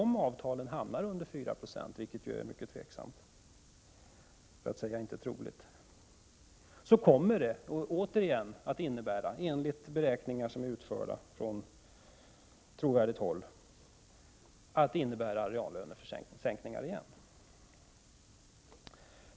Men om regeringens lönetak nu håller, om resultatet av avtalen blir mindre än 4 96, kommer det återigen att innebära reallönesänkningar, enligt trovärdiga beräkningar.